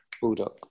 Bulldog